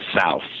south